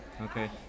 Okay